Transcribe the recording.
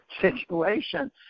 situation